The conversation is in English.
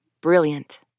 Brilliant